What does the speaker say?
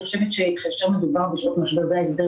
כאשר מדובר בשעות משבר זה ההסבר